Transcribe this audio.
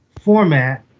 format